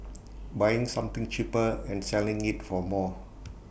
buying something cheaper and selling IT for more